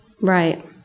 Right